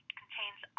contains